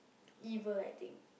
evil I think